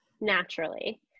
naturally